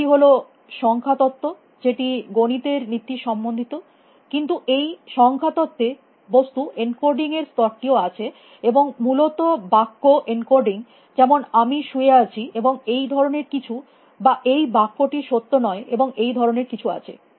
একটি হল সংখ্যা তত্ত্ব যেটি গণিতের নীতি সম্বন্ধিত কিন্তু এই সংখ্যা তত্ত্বে বস্তু এনকোডিং এর স্তরটিও আছে এবং মূলত বাক্য এনকোডিংযেমন আমি শুয়ে আছি এবং এই ধরনের কিছু বা এই বাক্যটি সত্য নয় এবং এই ধরনের কিছু আছে